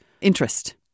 interest